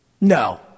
No